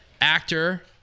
Actor